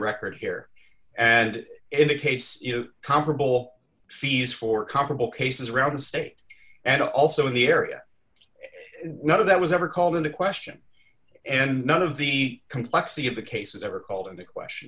record here and in the case of comparable fees for d comparable cases around the state and also in the area none of that was ever called into question and none of the complexity of the cases that were called into question